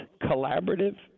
collaborative